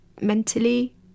mentally